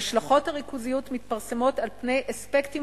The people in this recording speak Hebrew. "השלכות הריכוזיות מתפרסות על פני אספקטים